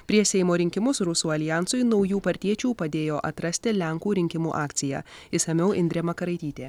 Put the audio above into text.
prieš seimo rinkimus rusų aljansui naujų partiečių padėjo atrasti lenkų rinkimų akcija išsamiau indrė makaraitytė